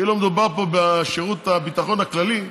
כאילו מדובר פה בשירות הביטחון הכללי,